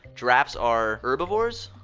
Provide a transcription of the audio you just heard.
giraffes are. herbivores?